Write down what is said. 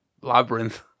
Labyrinth